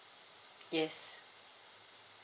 yes